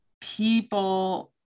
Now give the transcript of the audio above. people